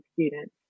students